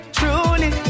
truly